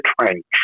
trench